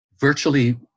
virtually